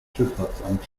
schifffahrtsamt